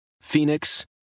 Phoenix